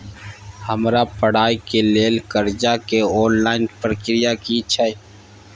हमरा पढ़ाई के लेल कर्जा के ऑनलाइन प्रक्रिया की छै?